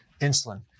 insulin